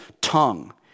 tongue